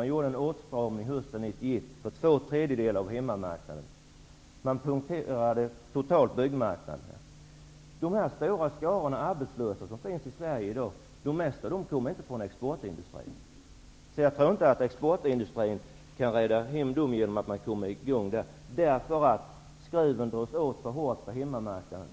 att göra en åtstramning hösten 1991 på två tredjedelar av hemmamarknaden? Man punkterade byggmarknaden totalt. De flesta i de stora skaror arbetslösa som finns i Sverige kommer inte från exportindustrin. Jag tror inte att exportindustrin kan rädda några jobb genom att komma i gång. Skruven drogs åt för hårt på hemmamarknaden.